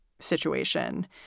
Situation